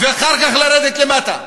ואחר כך לרדת למטה.